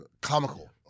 comical